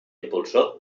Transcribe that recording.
impulsor